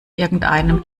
irgendeinem